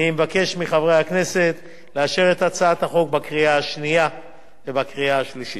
אני מבקש מחברי הכנסת לאשר את הצעת החוק בקריאה השנייה ובקריאה השלישית.